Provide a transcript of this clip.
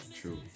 true